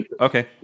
okay